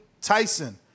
Tyson